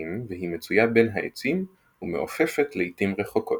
פתוחים והיא מצויה בין העצים ומעופפת לעיתים רחוקות.